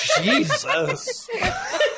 Jesus